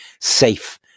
safe